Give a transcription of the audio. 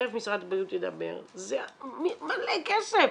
תיכף משרד הבריאות ידבר, זה מלא כסף.